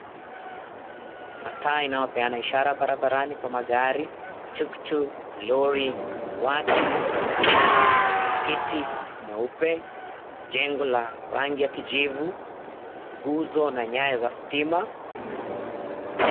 Mataa inayopeana ishara mbalimbali kwa magari, tuktuku, lori, watu, lami, msikiti mweupe jengo la rangi ya kijivu, nguzo na nyaya za stima.